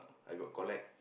I got collect